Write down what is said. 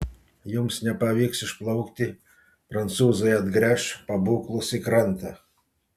jums nepavyks išplaukti prancūzai atgręš pabūklus į krantą